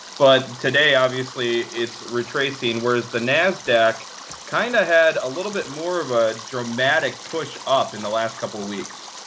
but today, obviously, it's retracing. whereas the nasdaq kind of had a little bit more of a dramatic push up in the last couple of weeks.